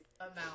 amount